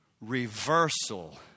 reversal